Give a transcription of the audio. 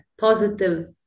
positive